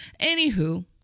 Anywho